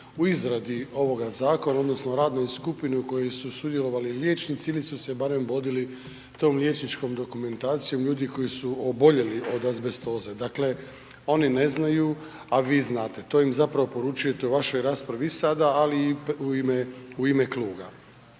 u izradi ovoga zakona odnosno radnoj skupini u kojoj su sudjelovali liječnici ili su se barem vodili tom liječničkom dokumentacijom ljudi koji su oboljeli od azbestoze. Dakle oni ne znaju a vi znate. To im zapravo poručujete u vašoj raspravi i sada ali i u ime kluba.